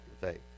faith